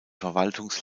verwaltungs